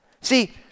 See